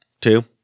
two